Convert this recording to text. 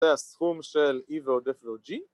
זה הסכום של e ועוד f ועוד g